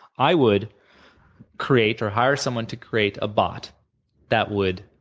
i would create, or hire someone to create a bot that would